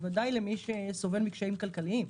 בוודאי למי שסובל מקשיים כלכליים,